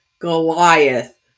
Goliath